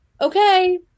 okay